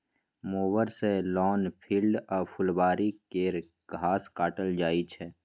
mower सँ lawn, field आ फुलबारी केर घास काटल जाइ छै